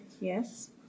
Yes